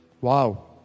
Wow